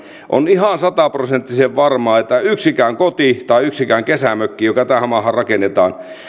on ihan sataprosenttisen varmaa että jokainen koti tai jokainen kesämökki joka tähän maahan rakennetaan